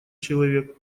человек